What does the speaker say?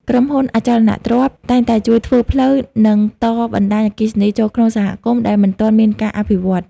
ក្រុមហ៊ុន អចលនទ្រព្យ តែងតែជួយធ្វើផ្លូវ និងតបណ្ដាញអគ្គិសនីចូលក្នុងសហគមន៍ដែលមិនទាន់មានការអភិវឌ្ឍន៍។